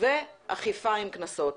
ואכיפה עם קנסות.